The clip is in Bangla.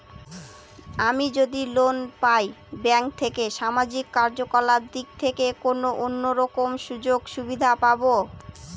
আমি যদি লোন পাই ব্যাংক থেকে সামাজিক কার্যকলাপ দিক থেকে কোনো অন্য রকম সুযোগ সুবিধা পাবো?